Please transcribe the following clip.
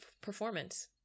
performance